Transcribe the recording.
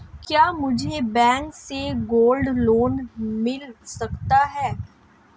क्या मुझे बैंक से गोल्ड लोंन मिल सकता है?